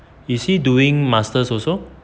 is he doing masters also